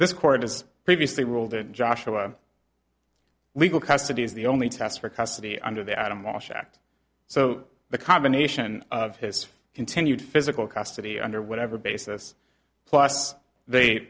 has previously ruled in joshua legal custody is the only test for custody under the adam walsh act so the combination of his continued physical custody under whatever basis plus they